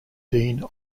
dean